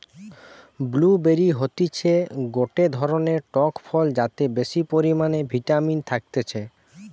blue বেরি হতিছে গটে ধরণের টক ফল যাতে বেশি পরিমানে ভিটামিন থাকতিছে